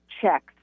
checks